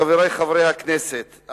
חברי חברי הכנסת,